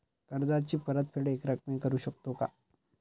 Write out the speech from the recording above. कर्जाची परतफेड एकरकमी करू शकतो का?